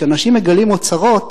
כשאנשים מגלים אוצרות,